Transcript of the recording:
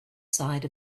side